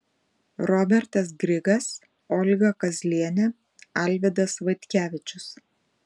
robertas grigas olga kazlienė alvydas vaitkevičius